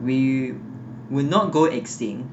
we will not go extinct